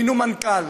מינו מנכ"ל,